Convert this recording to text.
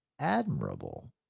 admirable